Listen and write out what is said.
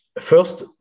First